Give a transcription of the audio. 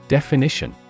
Definition